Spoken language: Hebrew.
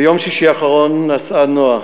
ביום שישי האחרון נסעה נועה,